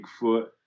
bigfoot